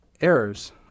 errors